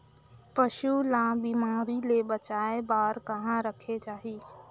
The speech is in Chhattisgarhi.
पशु ला बिमारी ले बचाय बार कहा रखे चाही?